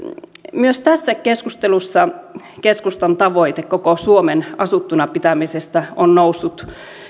myös tässä keskustelussa keskustan tavoite koko suomen asuttuna pitämisestä on noussut